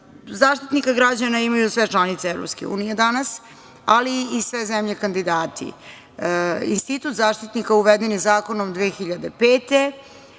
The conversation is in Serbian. puta.Zaštitnika građana imaju sve članice EU danas, ali i sve zemlje kandidati. Institut zaštitnika uveden je zakonom 2005,